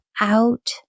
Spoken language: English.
out